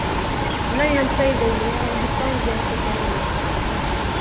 नहीं हम देंगे और डिस्काउंट भी आपको करेंगे